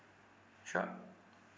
sure